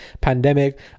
pandemic